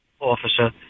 officer